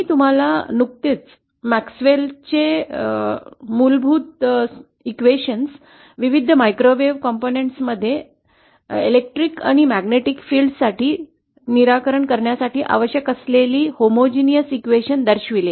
मी तुम्हाला नुकतेच मूलभूत मॅक्सवेल चे समीकरण विविध मायक्रोवेव्ह घटककांमध्ये विद्युत आणि चुंबकीय क्षेत्र साठी निराकरण करण्यासाठी आवश्यक असलेले एकसमान समीकरण दर्शविले